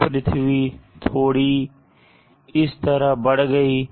अब पृथ्वी थोड़ी इस तरह बढ़ गई है